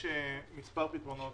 יש מספר פתרונות